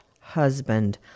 husband